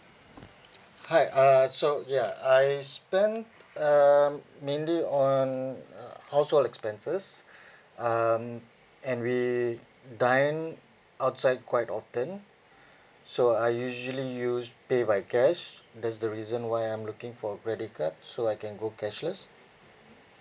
hi uh so ya I spend um mainly on uh household expenses um and we dine outside quite often so I usually use pay by cash that's the reason why I'm looking for credit card so I can go cashless